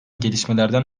gelişmelerden